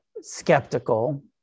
Skeptical